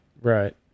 Right